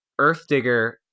Earthdigger